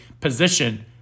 position